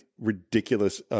ridiculous